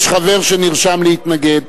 יש חבר שנרשם להתנגד.